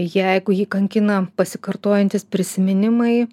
jeigu jį kankina pasikartojantys prisiminimai